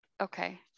Okay